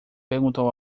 perguntou